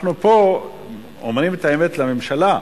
אנחנו פה אומרים את האמת לממשלה.